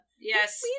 Yes